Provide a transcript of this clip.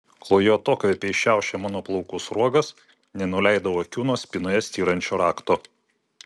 kol jo atokvėpiai šiaušė mano plaukų sruogas nenuleidau akių nuo spynoje styrančio rakto